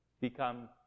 become